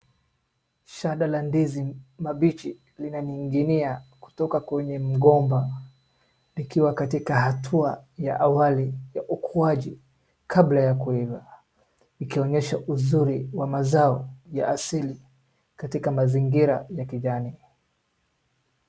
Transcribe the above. Shada la ndinzi mabichi linaning'inia kutoka kwenye mgomba likiwa katika hatua ya awali ya ukuaji kabla ya kuiva. Ikionyesha uzuri wa mazao ya asili katika mazingira ya kijani.